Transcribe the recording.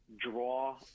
draw